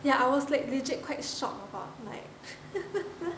ya I was like legit quite shocked about like